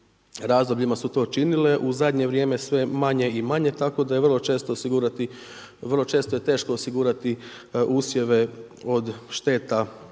razdobljima su to činile, u zadnje vrijeme sve manje i manje tako da je vrlo često je teško osigurati usjeve od šteta